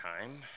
time